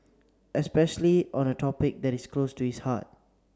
especially on a topic that is close to its heart